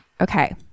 Okay